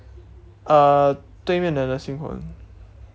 uh 对面的 nursing home